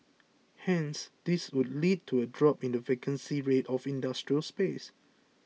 hence this would lead to a drop in the vacancy rate of industrial space